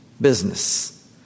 Business